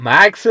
Max